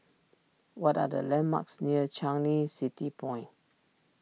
what are the landmarks near Changi City Point